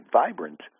vibrant